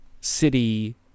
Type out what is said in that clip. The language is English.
city